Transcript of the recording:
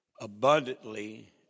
abundantly